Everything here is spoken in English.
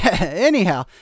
Anyhow